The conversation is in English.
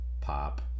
pop